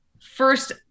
First